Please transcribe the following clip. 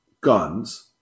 guns